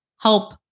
help